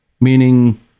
meaning